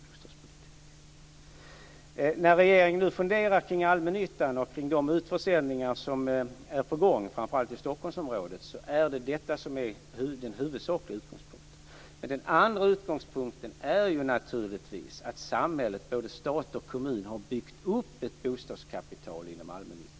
När vi i regeringen nu funderar kring allmännyttan och de utförsäljningar som är på gång, framför allt i Stockholmsområdet, är det detta som är den huvudsakliga utgångspunkten. Den andra utgångspunkten är naturligtvis att samhället, både stat och kommun, har byggt upp ett bostadskapital inom allmännyttan.